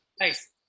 Nice